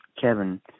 Kevin